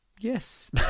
Yes